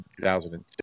2002